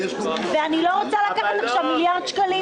ואני לא רוצה לקחת עכשיו מיליארד שקלים